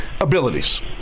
abilities